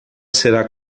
será